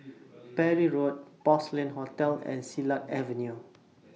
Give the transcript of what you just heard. Parry Road Porcelain Hotel and Silat Avenue